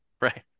right